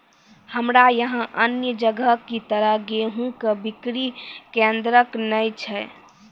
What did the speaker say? हमरा यहाँ अन्य जगह की तरह गेहूँ के बिक्री केन्द्रऽक नैय छैय?